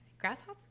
Grasshopper